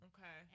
Okay